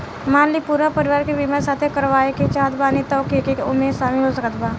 मान ली पूरा परिवार के बीमाँ साथे करवाए के चाहत बानी त के के ओमे शामिल हो सकत बा?